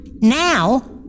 now